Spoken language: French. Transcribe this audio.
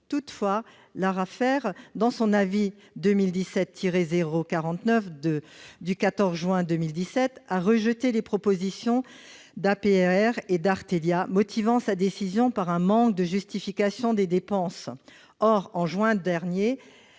Toutefois, l'ARAFER, dans son avis 2017-049 du 14 juin 2017, a rejeté les propositions d'APRR et d'Artelia, motivant sa décision par un manque de justification des dépenses. Or, en juin dernier,